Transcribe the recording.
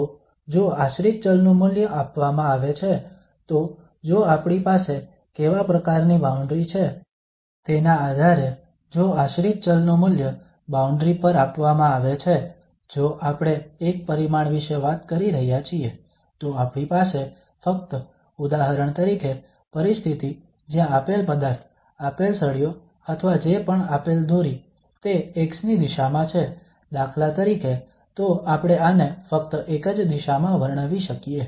તો જો આશ્રિત ચલ નું મૂલ્ય આપવામાં આવે છે તો જો આપણી પાસે કેવા પ્રકારની બાઉન્ડ્રી છે તેના આધારે જો આશ્રિત ચલ નું મૂલ્ય બાઉન્ડ્રી પર આપવામાં આવે છે જો આપણે એક પરિમાણ વિશે વાત કરી રહ્યા છીએ તો આપણી પાસે ફક્ત ઉદાહરણ તરીકે પરિસ્થિતિ જ્યાં આપેલ પદાર્થ આપેલ સળિયો અથવા જે પણ આપેલ દોરી તે x ની દિશામાં છે દાખલા તરીકે તો આપણે આને ફક્ત એક જ દિશામાં વર્ણવી શકીએ